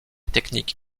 technique